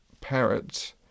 parrot